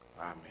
Amen